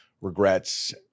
regrets